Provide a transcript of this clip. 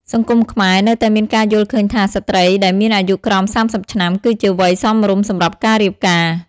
សង្គមខ្មែរនៅតែមានការយល់ឃើញថា ស្ត្រីដែលមានអាយុក្រោម ៣០ ឆ្នាំ គឺជា វ័យសមរម្យសម្រាប់ការរៀបការ។ ។